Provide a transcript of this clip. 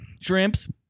Shrimps